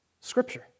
Scripture